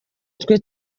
twe